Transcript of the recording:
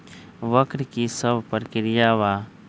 वक्र कि शव प्रकिया वा?